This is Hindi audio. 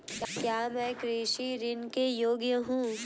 क्या मैं कृषि ऋण के योग्य हूँ?